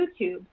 YouTube